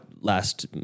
last